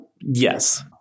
yes